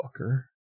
fucker